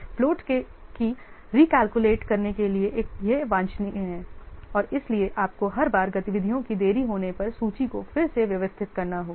floats को recalculate करने के लिए यह वांछनीय है और आपको हर बार गतिविधियों की देरी होने पर सूची को फिर से व्यवस्थित करना होगा